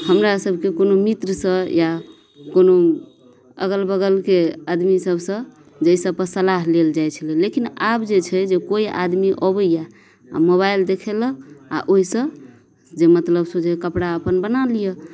हमरा सबके कोनो मित्र सऽ या कोनो अगल बगलके आदमी सब सऽ जाहिसँ पर सलाह लेल जाइ छलय लेकिन आब जे छै जे कोइ आदमी अबैया आ मोबाइल देखेलक आ ओहिसँ जे मतलब सोझै कपड़ा अपन बना लिअ